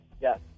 Yes